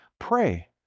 Pray